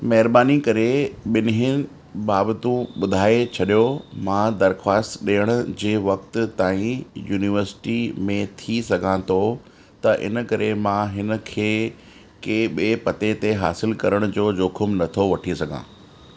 महिरबानी करे बि॒न्हिनि बाबति ॿुधाए छॾो मां दरख़्वास्तु डि॒यण जे वक़्ति ताईं यूनिवर्सिटी में थी सघां थो त इन करे मां हिन खे कंहिं ॿिए पते ते हासिलु करण जो जोख़िमु नथो वठी सघां